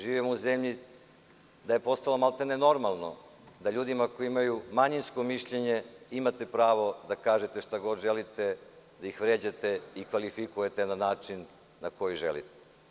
Živimo u zemlji gde je postalo maltene normalno da ljudima koji imaju manjinsko mišljenje imate pravo da kažete šta god želite, da ih vređate i kvalifikujete na način na koji želite.